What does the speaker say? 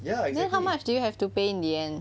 then how much do you have to pay in the end